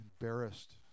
Embarrassed